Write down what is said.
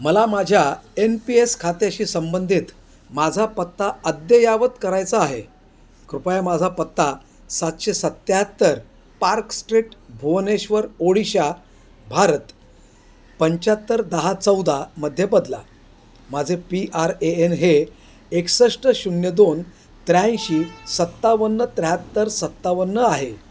मला माझ्या N P S खात्याशी संबंधित माझा पत्ता अद्ययावत करायचा आहे कृपया माझा पत्ता सातशे सत्याहत्तर पार्क स्ट्रीट भुवनेश्वर ओडिशा भारत पंच्याहत्तर दहा चौदामध्ये बदला माझे पी आर ए एन हे एकसष्ट शून्य दोन त्र्याऐंशी सत्तावन्न त्र्याहत्तर सत्तावन्न आहे